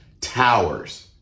towers